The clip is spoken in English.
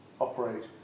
operate